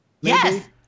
Yes